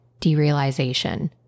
derealization